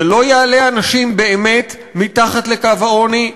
זה לא באמת יעלה אנשים מתחת לקו העוני.